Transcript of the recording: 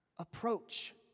approach